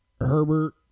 Herbert